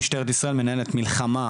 משטרת ישראל מנהלת מלחמה